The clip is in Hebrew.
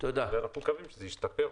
ואנחנו מקווים שזה ישתפר.